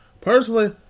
Personally